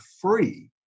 free